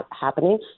happening